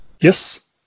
Yes